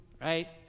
right